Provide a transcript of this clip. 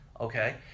Okay